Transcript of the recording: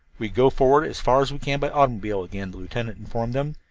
we go forward as far as we can by automobile again, the lieutenant informed them,